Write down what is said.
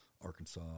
Arkansas